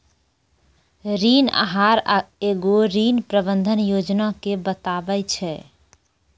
ऋण आहार एगो ऋण प्रबंधन योजना के बताबै छै